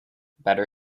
better